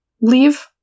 leave